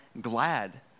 glad